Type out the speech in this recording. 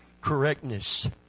correctness